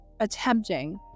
attempting